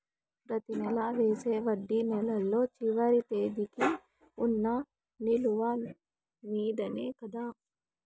ప్రతి నెల వేసే వడ్డీ నెలలో చివరి తేదీకి వున్న నిలువ మీదనే కదా?